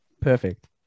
perfect